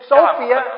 Sophia